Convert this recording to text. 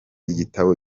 igitabo